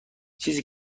چیزی